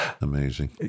amazing